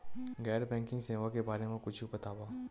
गैर बैंकिंग सेवा के बारे म कुछु बतावव?